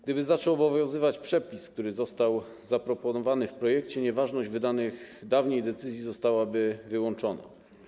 Gdyby zaczął obowiązywać przepis, który został zaproponowany w projekcie, nieważność wydanych dawniej decyzji zostałaby wyłączona.